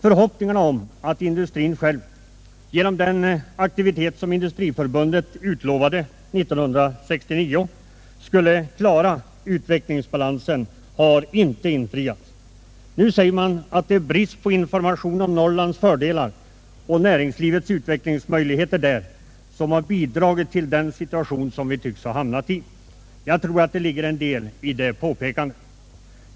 Förhoppningarna om att industrin själv genom den aktivitet som Industriförbundet utlovade 1969 skulle klara utvecklingsbalansen har inte infriats. Nu säger man att bristen på information om Norrlands fördelar och näringslivets utvecklingsmöjligheter där bidragit till den situation som vi tycks ha hamnat i. Jag tror att det ligger en del i detta påpekande.